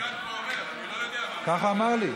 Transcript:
הסגן פה אומר, אני לא יודע מה, כך הוא אמר לי.